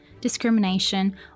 discrimination